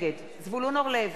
נגד זבולון אורלב,